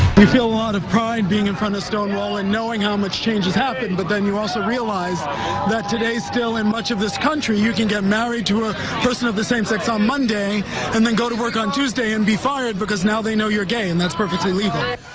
you feel a lot of pride being in front of stonewall and knowing how much change has happened, but then you also realize that today, still, in much of this country you can get married to a person of the same sex on monday and then go to work on tuesday and be fired because now they know you are gay and that is perfectly legal.